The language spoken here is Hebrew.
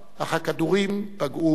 אך הכדורים פגעו בו.